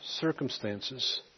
circumstances